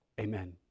Amen